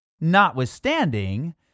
Notwithstanding